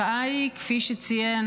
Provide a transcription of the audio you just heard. השעה היא, כפי שציין